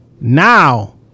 Now